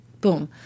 boom